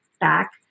back